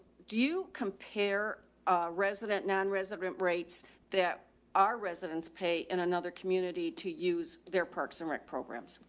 do you compare a resident nonresident rates that are residents pay in another community to use their parks and rec programs?